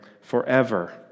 forever